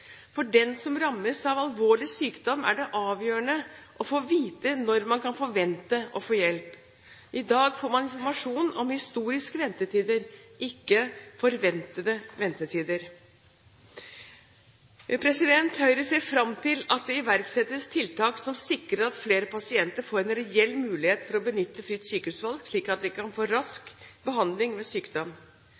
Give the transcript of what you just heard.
For den som rammes av alvorlig sykdom, er det avgjørende å få vite når man kan forvente å få hjelp. I dag får man informasjon om historiske ventetider, ikke forventede ventetider. Høyre ser fram til at det iverksettes tiltak som sikrer at flere pasienter får en reell mulighet til å benytte fritt sykehusvalg, slik at de kan få rask behandling ved sykdom.